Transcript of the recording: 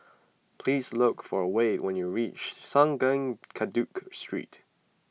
please look for Wayde when you reach Sungei Kadut Street